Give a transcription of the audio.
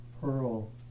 pearl